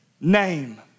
name